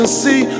see